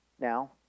now